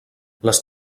les